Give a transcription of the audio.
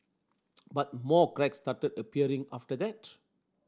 but more cracks started appearing after that